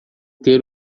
ter